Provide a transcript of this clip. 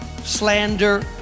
slander